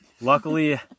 luckily